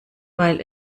weil